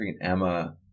Emma